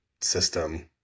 system